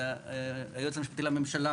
היועץ המשפטי לממשלה